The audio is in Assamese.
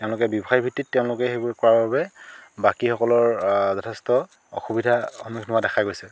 তেওঁলোকে বিষয় ভিত্তিত তেওঁলোকে সেইবোৰ কৰাৰ বাবে বাকীসকলৰ যথেষ্ট অসুবিধাৰ সন্মুখীন হোৱা দেখা গৈছে